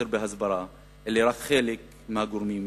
וחוסר בהסברה, אלה רק חלק מהגורמים